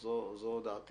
כי לטעמי